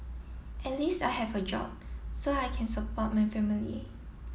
at least I have a job so I can support my family